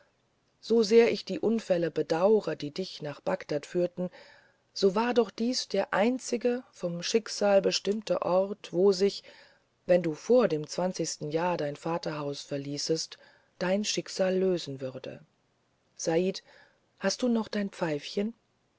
so sehr ich die unfälle bedaure die dich nach bagdad führten so war doch dies der einzige vom schicksal bestimmte ort wo sich wenn du vor dem zwanzigsten jahr dein vaterhaus verließest dein schicksal lösen würde said hast du noch dein pfeifchen